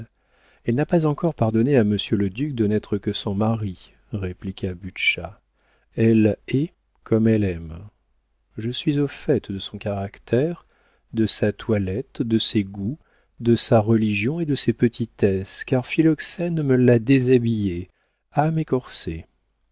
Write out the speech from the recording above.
elle n'a pas encore pardonné à monsieur le duc de n'être que son mari répliqua butscha elle hait comme elle aime je suis au fait de son caractère de sa toilette de ses goûts de sa religion et de ses petitesses car philoxène me l'a déshabillée âme et corset